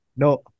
No